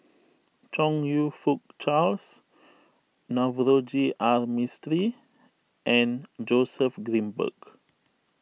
Chong You Fook Charles Navroji R Mistri and Joseph Grimberg